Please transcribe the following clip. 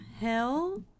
hell